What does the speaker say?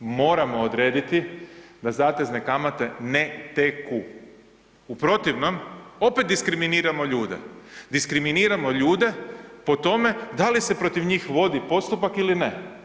Moramo odrediti da zatezne kamate ne teku, u protivnom opet diskriminiramo ljude, diskriminiramo ljude po tome da li se protiv njih vodi postupak ili ne.